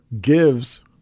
gives